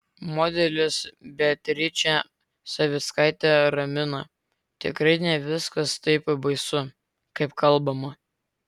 modelis beatričė savickaitė ramina tikrai ne viskas taip baisu kaip kalbama